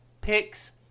picks